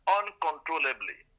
uncontrollably